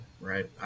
right